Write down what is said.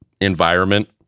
environment